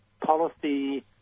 policy